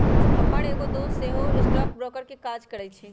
हमर एगो दोस सेहो स्टॉक ब्रोकर के काज करइ छइ